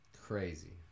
Crazy